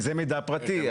זה מידע פרטי.